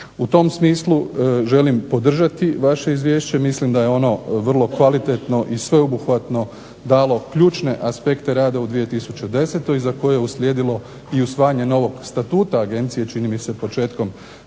U tom smislu želim podržati vaše izvješće. Mislim da je ono vrlo kvalitetno i sveobuhvatno dalo ključne aspekte rada u 2010. za koje je uslijedilo i usvajanje novog Statuta Agencije čini mi se početkom